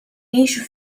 ngħixu